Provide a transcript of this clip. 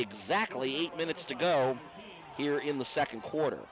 exactly eight minutes to go here in the second quarter